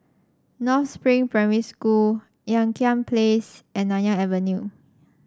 North Spring Primary School Ean Kiam Place and Nanyang Avenue